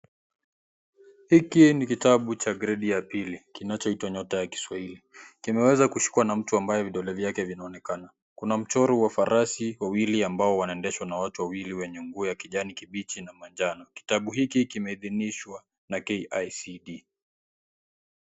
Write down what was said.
Hiki ni kitabu cha gredi ya pili kinachoitwa Nyota Ya Kiswahili. Kimeweza kushikwa na myu ambaye vidole vyake vinaonekana. Kuna mchoro wa farasi wawili ambao wanaendeshwa na watu wawili wenye nguo ya kijani kibichi na manjano. Kitabu hiki kimeithinishwa na KICD.